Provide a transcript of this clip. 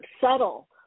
subtle